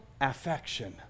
affection